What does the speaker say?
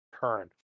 turn